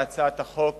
רבותי, הצעת החוק